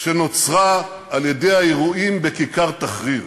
שנוצרה על-ידי האירועים בכיכר תחריר.